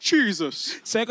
Jesus